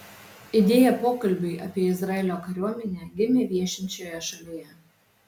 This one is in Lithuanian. idėja pokalbiui apie izraelio kariuomenę gimė viešint šioje šalyje